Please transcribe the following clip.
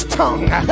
tongue